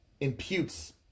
imputes